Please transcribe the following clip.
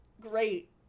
great